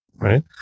right